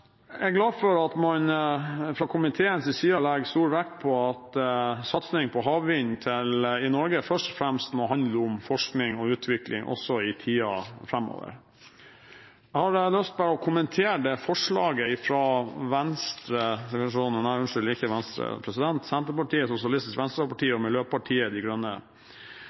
Jeg er glad for at man fra komiteens side legger stor vekt på at satsing på havvind i Norge først og fremst må handle om forskning og utvikling også i tiden framover. Jeg har lyst til bare å kommentere forslaget fra Senterpartiet, Sosialistisk Venstreparti og Miljøpartiet De Grønne.